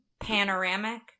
panoramic